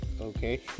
Okay